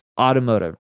automotive